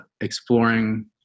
exploring